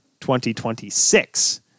2026